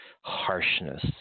harshness